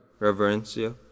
Reverencia